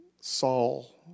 Saul